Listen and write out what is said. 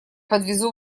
подвезу